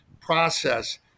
process